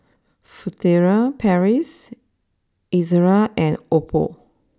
Furtere Paris Ezerra and Oppo